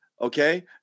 okay